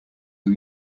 who